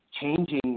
changing